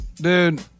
Dude